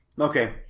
Okay